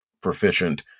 proficient